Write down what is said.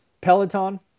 Peloton